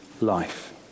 life